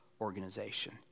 organization